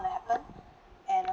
going to happen and uh